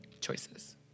choices